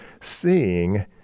seeing